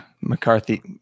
McCarthy